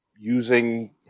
using